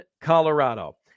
Colorado